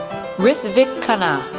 ritvik khanna,